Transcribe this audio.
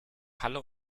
halle